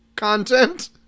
content